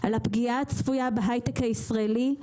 על הפגיעה הצפויה בהייטק הישראלי.